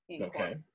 Okay